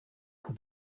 that